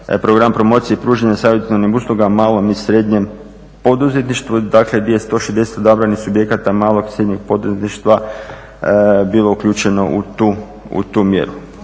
program promocije i pružanja savjetodavnih usluga malom i srednjem poduzetništvu. Dakle gdje je 160 odabranih subjekata malog i srednjeg poduzetništva bilo uključeno u tu mjeru.